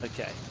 Okay